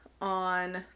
on